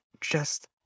just-